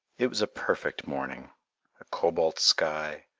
it was a perfect morning a cobalt sky,